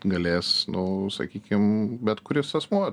galės nu sakykim bet kuris asmuo